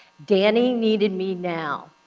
danny needed me now,